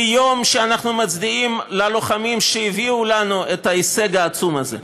ביום שאנחנו מצדיעים ללוחמים שהביאו לנו את ההישג העצום הזה,